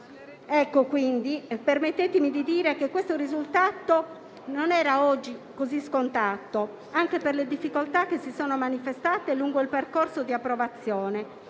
o alcol. Permettetemi di dire che questo risultato non era oggi così scontato, anche per le difficoltà che si sono manifestate lungo il percorso di approvazione,